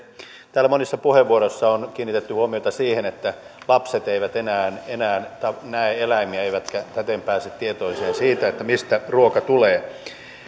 täällä monissa puheenvuoroissa on kiinnitetty huomiota siihen että lapset eivät enää näe eläimiä eivätkä täten pääse tietoisuuteen siitä että mistä ruoka tulee